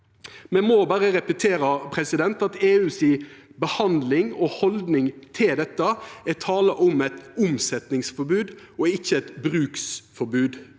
Me må berre repetera at det i EU si behandling og haldning til dette er tala om eit omsetningsforbod og ikkje eit bruksforbod.